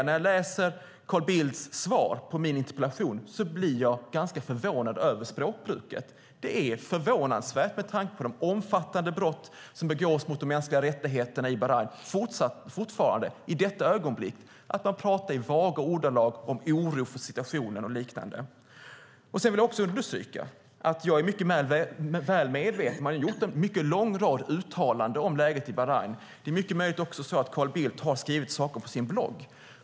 När jag läser Carl Bildts svar på min interpellation blir jag ganska förvånad över språkbruket. Med tanke på de omfattande brott som fortfarande begås mot de mänskliga rättigheterna är det förvånansvärt att man talar i vaga ordalag om oro för situationen och liknande. Jag är väl medveten om att man har gjort en lång rad uttalanden om läget i Bahrain. Det är också möjligt att Carl Bildt har skrivit saker på sin blogg.